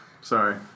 Sorry